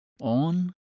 on